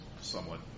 somewhat